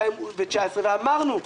ואמרנו,